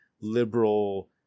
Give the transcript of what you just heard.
liberal